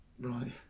Right